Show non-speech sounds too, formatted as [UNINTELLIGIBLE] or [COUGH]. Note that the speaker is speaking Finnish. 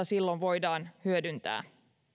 [UNINTELLIGIBLE] silloin voidaan hyödyntää